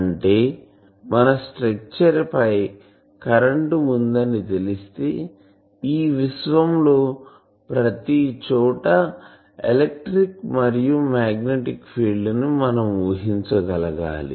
అంటే మన స్ట్రక్చర్ పై కరెంటు ఉందని తెలిస్తే ఈ విశ్వంలో ప్రతిచోటా ఎలక్ట్రిక్ మరియు మాగ్నెట్ ఫీల్డ్ ని మనం వుహించగలగాలి